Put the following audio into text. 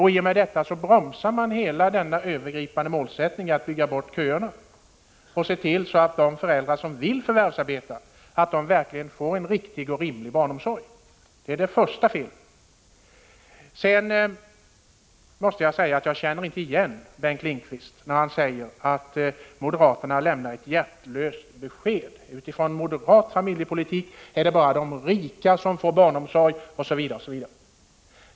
I och med det bromsar man hela den övergripande målsättningen att bygga bort köerna och se till att de föräldrar som vill förvärvsarbeta verkligen får en riktig och rimlig barnomsorg. Sedan måste jag säga att jag inte känner igen Bengt Lindqvist när han säger att moderaterna lämnar ett hjärtlöst besked: Utifrån moderat familjepolitik är det bara de rika som får barnomsorg osv.